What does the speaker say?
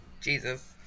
jesus